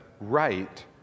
right